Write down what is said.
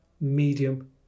medium